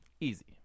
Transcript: Easy